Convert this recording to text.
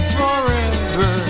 forever